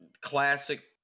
Classic